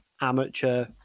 amateur